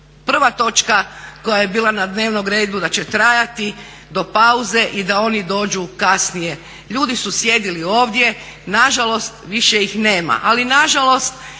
prva točka koja je bila na dnevnom redu da će trajati do pauze i da oni dođu kasnije. Ljudi su sjedilo ovdje, nažalost više ih nema, ali nažalost